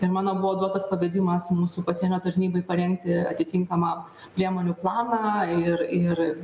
ir mano buvo duotas pavedimas mūsų pasienio tarnybai parengti atitinkamą priemonių planą ir ir